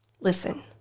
listen